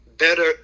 better